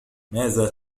ماذا